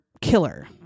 killer